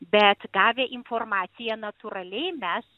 bet gavę informaciją natūraliai mes